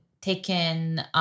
taken